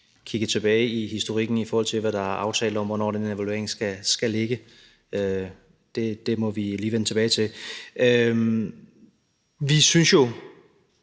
kigge tilbage i historikken, i forhold til hvad der er aftalt, med hensyn til hvornår den her evaluering skal ligge. Det må vi lige vende tilbage til. Vi synes jo